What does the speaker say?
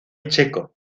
checo